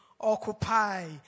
occupy